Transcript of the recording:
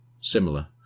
similar